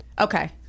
Okay